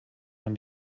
man